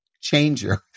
changer